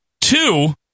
Two